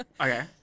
okay